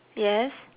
yes